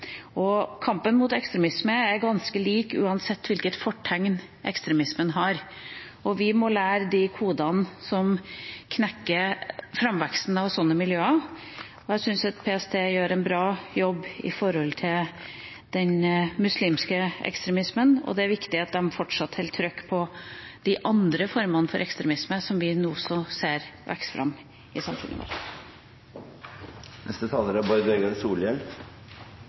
vokser. Kampen mot ekstremisme er ganske lik uansett hvilket fortegn ekstremismen har. Vi må lære de kodene som knekker framveksten av sånne miljøer. Jeg syns at PST gjør en bra jobb når det gjelder den muslimske ekstremismen, og det er viktig at de fortsatt holder trykk på de andre formene for ekstremisme som vi også ser vokse fram i samfunnet